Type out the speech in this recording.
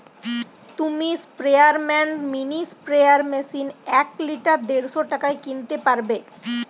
তুমি sprayman mini sprayer machine এক litre দেড়শ টাকায় কিনতে পারবে